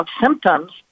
symptoms